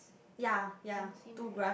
ya ya two grass